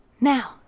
Now